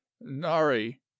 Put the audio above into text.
Nari